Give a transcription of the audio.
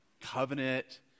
covenant